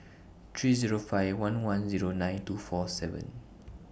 three Zero five one one Zero nine two four seven